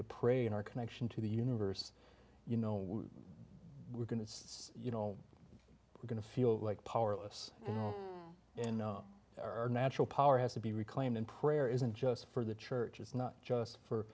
to pray in our connection to the universe you know we're going to you know we're going to feel like powerless in no there are natural power has to be reclaimed in prayer isn't just for the church it's not just for